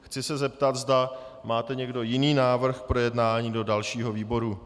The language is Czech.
Chci se zeptat, zda máte někdo jiný návrh k projednání do dalšího výboru.